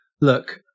look